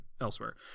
elsewhere